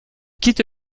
quitte